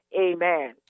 Amen